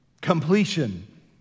completion